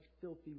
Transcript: filthy